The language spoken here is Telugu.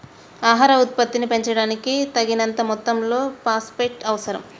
ఆహార ఉత్పత్తిని పెంచడానికి, తగినంత మొత్తంలో ఫాస్ఫేట్ అవసరం